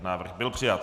Návrh byl přijat.